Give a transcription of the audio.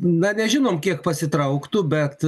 na nežinom kiek pasitrauktų bet